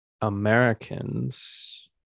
Americans